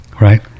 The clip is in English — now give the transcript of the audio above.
right